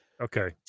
Okay